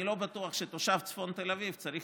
אני לא בטוח שתושב צפון תל אביב צריך